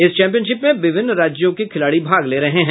इस चैंपियनशिप में विभिन्न राज्यों के खिलाड़ी भाग ले रहे हैं